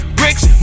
bricks